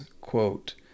quote